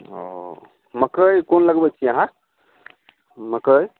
ओ मकइ कोन लगबै छियै अहाँ मकइ